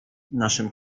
naszym